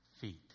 feet